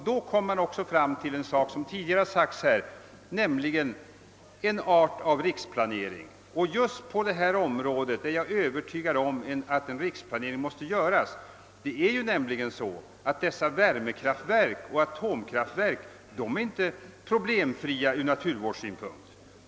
Då kommer man också fram till något som föreslagits tidigare här i kammaren, nämligen ett slags riksplanering, och jag är övertygad om att en sådan planering måste göras på just detta område. Dessa värmeoch atomkraftverk är inte problemfria från naturvårdssynpunkt.